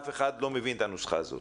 אף אחד לא מבין את הנוסחה הזאת.